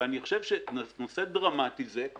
אני חושב שבנושא דרמטי זה,